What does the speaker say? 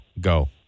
Go